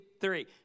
three